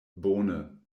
bone